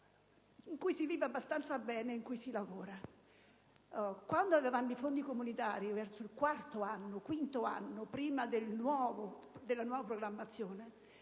in cui si vive abbastanza bene e in cui si lavora. Quando usufruivamo dei fondi comunitari, verso il quinto anno, prima della nuova programmazione,